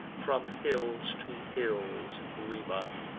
from hills to hills rebound.